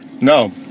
No